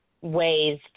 ways